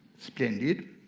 splendid.